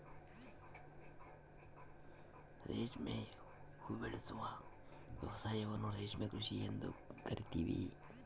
ರೇಷ್ಮೆ ಉಬೆಳೆಸುವ ವ್ಯವಸಾಯವನ್ನ ರೇಷ್ಮೆ ಕೃಷಿ ಎಂದು ಕರಿತೀವಿ